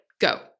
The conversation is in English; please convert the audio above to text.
go